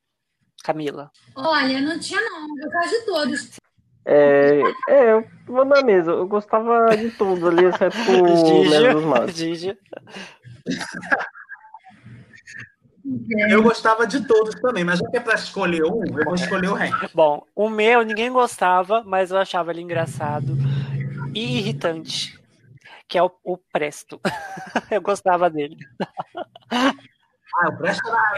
Camila. Olha, não tinha não, eu gosto de todos. É, é, eu vou na mesma, eu gostava de tudo ali, exceto o Gigi. Lesos Maus. Gigi. Eu gostava de todos também, mas já que é pra escolher um, eu vou Ok. escolher o Hank. Bom, o meu ninguém gostava, mas eu achava ele engraçado e irritante, que é o- o Presto. Eu gostava dele. Ah, o Presto era-